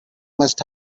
must